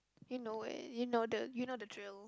you know eh you know the you know the drill